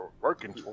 Working